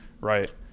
Right